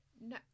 No